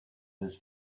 his